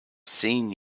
seen